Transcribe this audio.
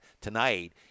tonight